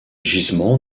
gisements